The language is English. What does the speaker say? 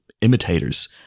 imitators